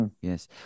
Yes